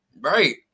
Right